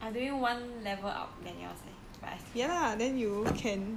I doing one level up than yours eh but I cannot do